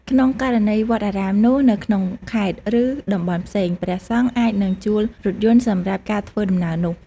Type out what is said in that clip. ក្នុងករណី វត្តអារាមនោះនៅក្នុងខេត្ត ឬ តំបន់ផ្សេង ព្រះសង្ឃអាចនឹងជួលរថយន្តសម្រាប់ការធ្វើដំណើរនោះ។